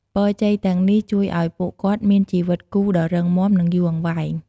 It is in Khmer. ពរជ័យទាំងនេះជួយឲ្យពួកគាត់មានជីវិតគូដ៏រឹងមាំ និងយូរអង្វែង។